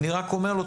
אני רק אומר לו,